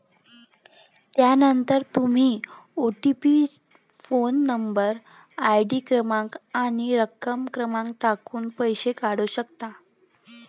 त्यानंतर तुम्ही OTP phone number, ID क्रमांक आणि रक्कम क्रमांक टाकून पैसे काढू शकता